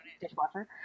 dishwasher